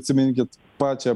atsiminkit pačią